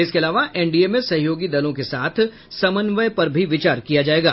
इसके अलावा एनडीए में सहयोगी दलों के साथ समन्वय पर भी विचार किया जायेगा